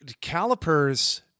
Calipers